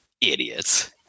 Idiots